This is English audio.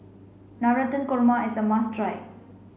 Navratan Korma is a must try